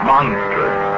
Monstrous